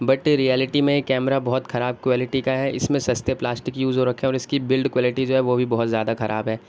but reality میں یہ camera بہت خراب کوالٹی کا ہے اس میں سستے پلاسٹک یوز ہو رکھے ہیں اور اس کی بلڈ کوالٹی وہ بھی بہت زیادہ خراب ہے